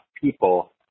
people